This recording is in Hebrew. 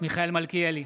מיכאל מלכיאלי,